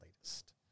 latest